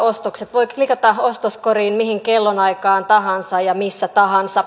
ostokset voi klikata ostoskoriin mihin kellonaikaan tahansa ja missä tahansa